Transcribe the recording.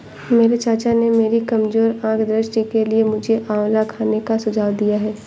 मेरे चाचा ने मेरी कमजोर आंख दृष्टि के लिए मुझे आंवला खाने का सुझाव दिया है